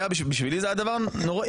בשבילי זה היה דבר נורא.